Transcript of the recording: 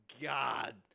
god